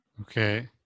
Okay